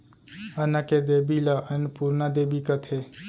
अन्न के देबी ल अनपुरना देबी कथें